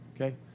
Okay